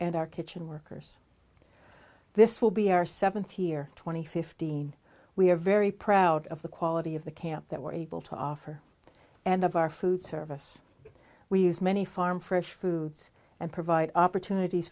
and our kitchen workers this will be our seventh year two thousand and fifteen we are very proud of the quality of the camp that we're able to offer and of our food service we use many farm fresh foods and provide opportunities